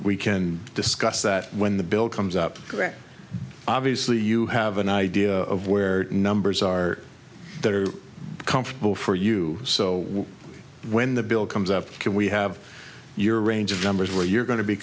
we can discuss that when the bill comes up correct obviously you have an idea of where numbers are that are comfortable for you so when the bill comes up can we have your range of numbers where you're going to be